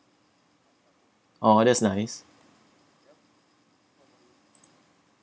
oh that's nice